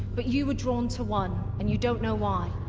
but you were drawn to one and you don't know why